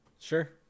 sure